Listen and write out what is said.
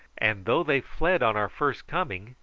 and though they fled on our first coming,